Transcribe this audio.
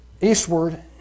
eastward